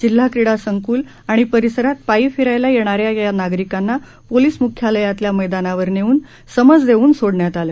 जिल्हा क्रीडा संक्ल आणि परिसरात पायी फिरायला येणाऱ्या या नागरिकांना पोलीस मुख्यालयातल्या मैदनावर नेऊन समज देवून सोडण्यात आलं